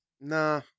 Nah